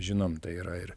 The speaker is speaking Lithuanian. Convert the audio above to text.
žinom tai yra ir